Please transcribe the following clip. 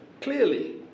clearly